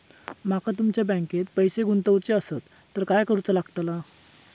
माका तुमच्या बँकेत पैसे गुंतवूचे आसत तर काय कारुचा लगतला?